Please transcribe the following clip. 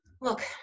look